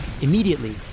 Immediately